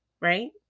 right